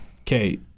Okay